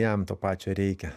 jam to pačio reikia